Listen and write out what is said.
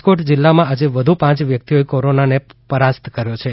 રાજકોટ જિલ્લામાં આજે વધુ પાંચ વ્યક્તિઓએ કોરોનાને પરાસ્ત કર્યો છે